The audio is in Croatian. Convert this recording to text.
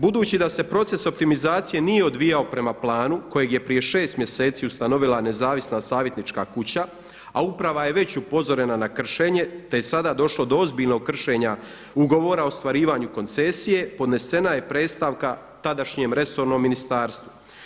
Budući da se proces optimizacije nije odvijao prema planu kojeg je prije 6 mjeseci ustanovila nezavisna savjetnička kuća a uprava je već upozorena na kršenje te je sada došlo do ozbiljnog kršenja ugovora o ostvarivanju koncesije podnesena je predstavka tadašnjem resornom ministarstvu.